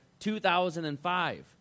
2005